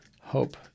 hope